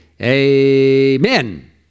Amen